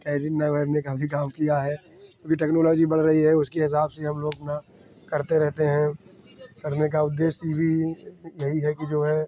तैरना वहाँ भी काम किया है क्योंकि टेक्नोलोजी बढ़ गई है उसके हिसाब से हम लोग अपना पढ़ते रहते हैं पढ़ने का उद्येश्य ही यही है कि जो